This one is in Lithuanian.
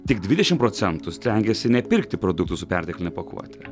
tik dvidešimt procentų stengiasi nepirkti produktų su pertekline pakuote